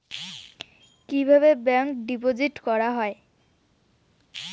কিভাবে ব্যাংকে ডিপোজিট করা হয়?